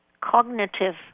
cognitive